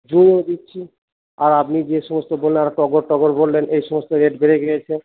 জুঁইও দিচ্ছি আর আপনি যে সমস্ত বললেন টগর টগর বললেন এই সমস্ত রেট বেড়ে গিয়েছে